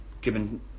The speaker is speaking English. given